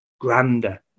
grander